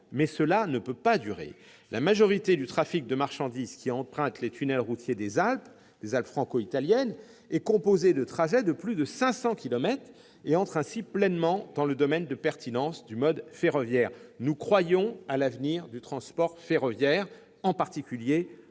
mais cela ne peut pas durer. La majorité du trafic de marchandises qui emprunte les tunnels routiers des Alpes franco-italiennes parcourt des trajets de plus de 500 kilomètres et entre ainsi pleinement dans le domaine de pertinence du mode ferroviaire. Nous croyons à l'avenir du transport ferroviaire, en particulier pour le fret.